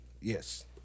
Yes